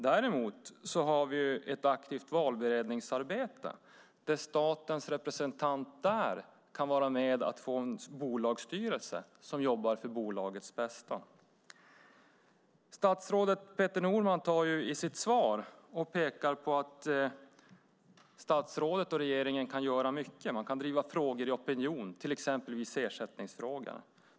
Däremot har vi ett aktivt valberedningsarbete där statens representant kan vara med om att få en bolagsstyrelse som jobbar för bolagets bästa. Statsrådet Peter Norman pekar i sitt svar på att statsrådet och regeringen kan göra mycket. Man kan driva frågor i opinion, till exempel i ersättningsfrågorna.